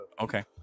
okay